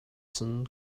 cun